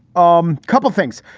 um couple of things.